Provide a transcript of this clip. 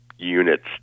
units